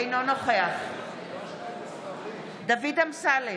אינו נוכח דוד אמסלם,